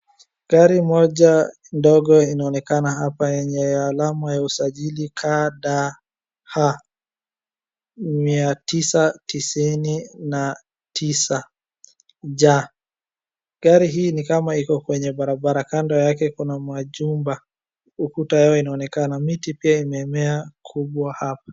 Gari moja ndogo inaonekana hapa yenye alama ya usajili KDH 990J. Gari hii nikama iko kwenye barabara. Kando yake nikama kuna majumba, ukuta yao inaonekana. Miti pia imemea kubwa hapa.